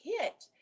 hit